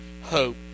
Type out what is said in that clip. hope